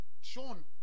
Sean